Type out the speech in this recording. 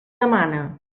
demana